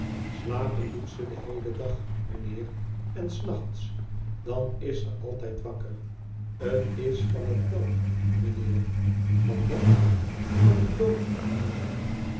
slapen doet ze den heelen dag mijnheer en s nachts dan is ze altijd wakker t is van het lood mijnheer van wat van het lood mijnheer